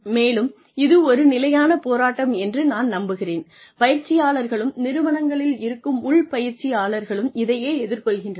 மேலும் இது ஒரு நிலையான போராட்டம் என்று நான் நம்புகிறேன் பயிற்சியாளர்களும் நிறுவனங்களில் இருக்கும் உள் பயிற்சியாளர்களும் இதையே எதிர்கொள்கின்றனர்